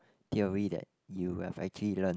theory that you have actually learnt